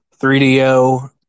3do